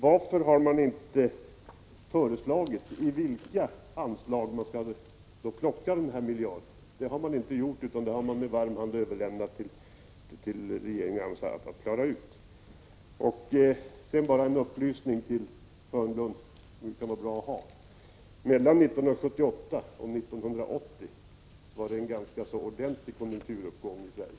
Varför har man inte föreslagit från vilka anslag den miljarden skall plockas? Man har i stället med varm hand överlämnat det till regeringen och AMS att klara ut. Slutligen bara en upplysning till Börje Hörnlund som kan vara bra att ha: Mellan 1978 och 1980 var det en ganska ordentlig konjunkturuppgång i Sverige.